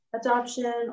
adoption